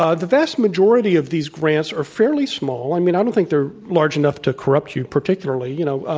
ah the vast majority of these grants are fairly small. i mean, i don't think they're large enough to corrupt you particularly. you know